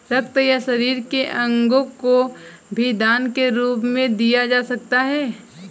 रक्त या शरीर के अंगों को भी दान के रूप में दिया जा सकता है